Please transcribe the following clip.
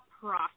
process